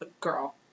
girl